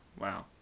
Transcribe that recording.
wow